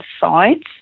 sides